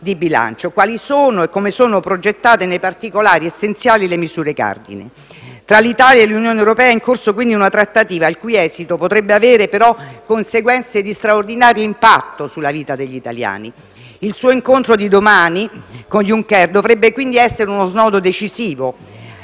di bilancio e quali sono e come sono progettate nei particolari essenziali le misure cardine. Tra l'Italia e l'Unione europea è in corso quindi una trattativa, il cui esito potrebbe avere però delle conseguenze di straordinario impatto sulla vita degli italiani. Il suo incontro di domani con Juncker dovrebbe quindi essere uno snodo decisivo.